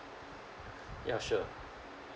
ya sure